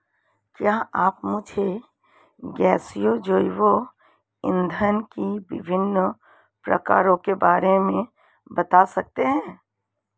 क्या आप मुझे गैसीय जैव इंधन के विभिन्न प्रकारों के बारे में बता सकते हैं?